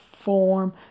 form